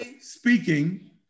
speaking